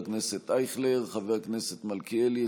מי מבקש להצביע?